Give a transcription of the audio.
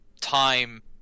time